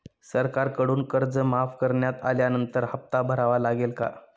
सरकारकडून कर्ज माफ करण्यात आल्यानंतर हप्ता भरावा लागेल का?